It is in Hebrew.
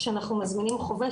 כשאנחנו מזמינים חובש,